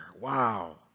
Wow